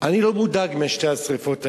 אני לא מודאג משתי השרפות האלה,